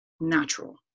natural